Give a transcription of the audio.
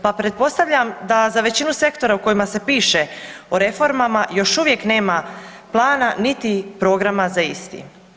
Pa pretpostavljam da za većinu sektora u kojima se piše o reformama još uvijek nema plana, niti programa za isti.